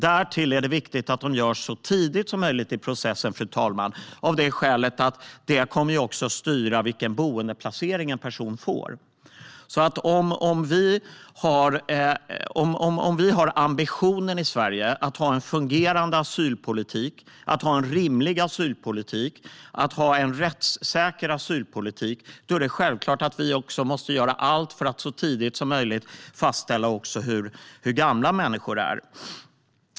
Därtill är det viktigt att de görs så tidigt som möjligt i processen av det skälet att de kommer att styra vilken boendeplacering en person får. Om vi har ambitionen i Sverige att ha en fungerande, rimlig och rättssäker asylpolitik är det självklart att vi också måste göra allt för att så tidigt som möjligt fastställa hur gamla människor är.